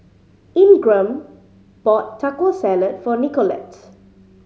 Ingram bought Taco Salad for Nicolette